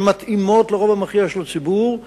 שמתאימות לרוב המכריע של הציבור,